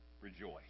rejoice